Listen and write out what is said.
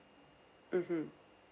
mmhmm